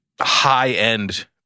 high-end